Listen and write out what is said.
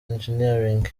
engineering